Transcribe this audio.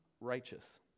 righteous